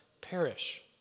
perish